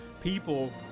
people